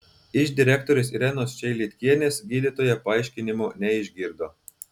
iš direktorės irenos čeilitkienės gydytoja paaiškinimo neišgirdo